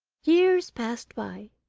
years passed by,